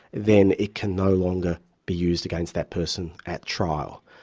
then it can no longer be used against that person at trial.